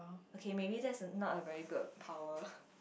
okay maybe that is not a very good power